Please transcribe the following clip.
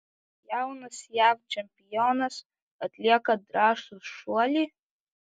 jaunas jav čempionas atlieka drąsų šuolį